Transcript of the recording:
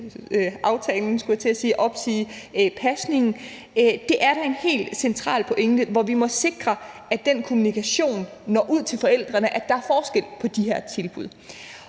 regler i forhold til at opsige pasningen. Det er da en helt central pointe, og vi må sikre, at den kommunikation når ud til forældrene, altså at der er forskel på de her tilbud.